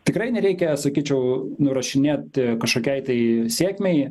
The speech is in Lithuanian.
tikrai nereikia sakyčiau nurašinėti kažkokiai tai sėkmei